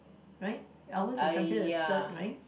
right ours is until the third right